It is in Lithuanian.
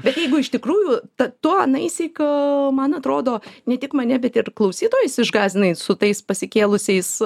bet jeigu iš tikrųjų ta tu anaisyk man atrodo ne tik mane bet ir klausytojus išgąsdinai su tais pasikėlusiais